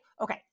okay